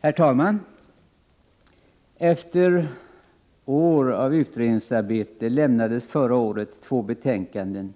Herr talman! Efter år av utredningsarbete lämnades förra året två betänkanden: